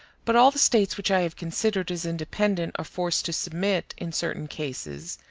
but all the states which i have considered as independent are forced to submit, in certain cases,